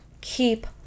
Keep